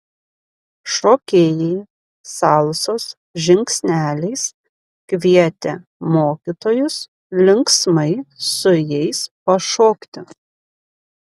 šokėjai salsos žingsneliais kvietė mokytojus linksmai su jais pašokti